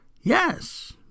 Yes